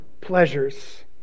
pleasures